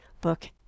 book